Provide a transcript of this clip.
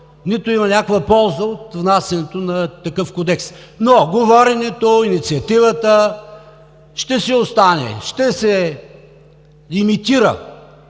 смисъл и някаква полза от внасянето на такъв кодекс. Но говоренето, инициативата ще си остане. Ще се имитира